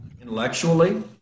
intellectually